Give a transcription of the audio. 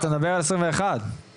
אתה מדבר על 2021 בסדר.